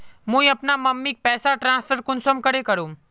मुई अपना मम्मीक पैसा ट्रांसफर कुंसम करे करूम?